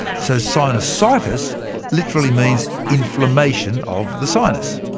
so sinusitis literally means inflammation of the sinus.